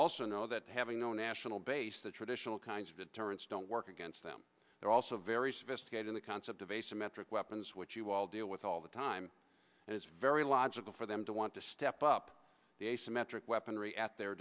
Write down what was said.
also know that having no national base the traditional kinds of deterrents don't work against them they're also very sophisticated in the concept of asymmetric weapons which you all deal with all the time and it's very logical for them to want to step up the asymmetric weaponry at their